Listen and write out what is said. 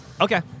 Okay